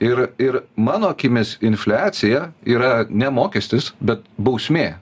ir ir mano akimis infliacija yra ne mokestis bet bausmė